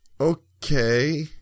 Okay